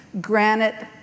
granite